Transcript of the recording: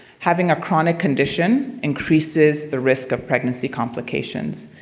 having a chronic condition increases the risk of pregnancy complications.